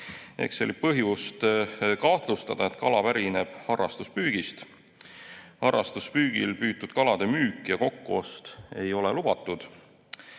edasi. Oli põhjust kahtlustada, et kala pärineb harrastuspüügist. Harrastuspüügil püütud kalade müük ja kokkuost ei ole lubatud.